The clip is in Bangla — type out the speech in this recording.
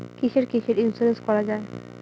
কিসের কিসের ইন্সুরেন্স করা যায়?